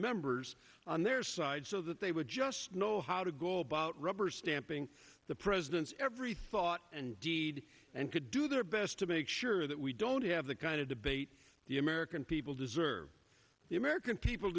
members on their side so that they would just know how to go about rubber stamping the president's every thought and deed and could do their best to make sure that we don't have the kind of debate the american people deserve the american people